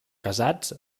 casats